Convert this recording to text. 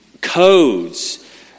codes